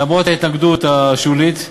למרות ההתנגדות השולית,